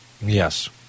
Yes